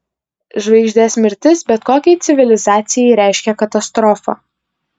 žvaigždės mirtis bet kokiai civilizacijai reiškia katastrofą